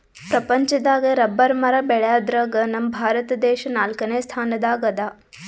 ಪ್ರಪಂಚದಾಗ್ ರಬ್ಬರ್ ಮರ ಬೆಳ್ಯಾದ್ರಗ್ ನಮ್ ಭಾರತ ದೇಶ್ ನಾಲ್ಕನೇ ಸ್ಥಾನ್ ದಾಗ್ ಅದಾ